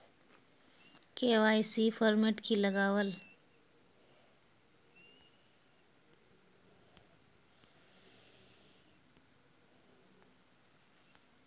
KYC format की लगावल?